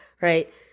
right